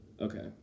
Okay